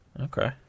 Okay